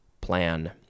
Plan